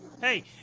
Hey